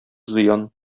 зыян